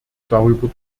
darüber